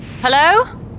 Hello